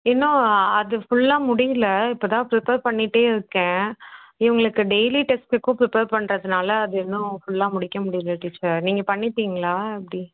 இன்னும் அது ஃபுல்லாக முடியலை இப்போ தான் பிரிப்பேர் பண்ணிகிட்டே இருக்கேன் இவங்களுக்கு டெய்லி டெஸ்ட்டுக்கும் பிரிப்பேர் பண்ணுறதுனால அது இன்னும் ஃபுல்லாக முடிக்க முடியலை டீச்சர் நீங்கள் பண்ணிட்டிங்களா எப்படி